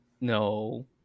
No